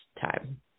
time